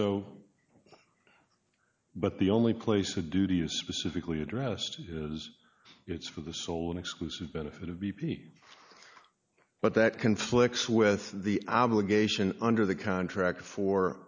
so but the only place of duty you specifically addressed it's for the sole and exclusive benefit of b p but that conflicts with the obligation under the contract for